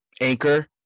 Anchor